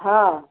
हाँ